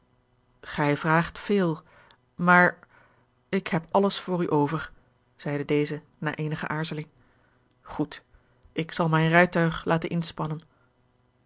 gij vraagt veel maar ik heb alles voor u over zeide deze na eenige aarzeling goed ik zal mijn rijtuig laten inspannen